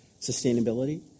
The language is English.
sustainability